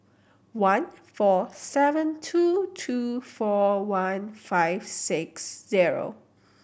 one four seven two two four one five six zero